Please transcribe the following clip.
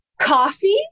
coffee